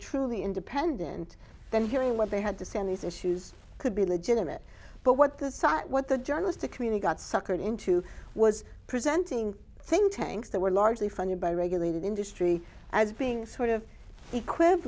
truly independent then hearing what they had this and these issues could be legitimate but what the saw what the journalistic community got suckered into was presenting think tanks that were largely funded by regulated industry as being sort of equi